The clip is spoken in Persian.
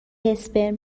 اسپرم